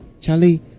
Charlie